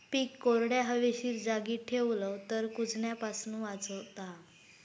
पीक कोरड्या, हवेशीर जागी ठेवलव तर कुजण्यापासून वाचता